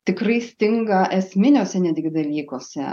tikrai stinga esminiuose netgi dalykuose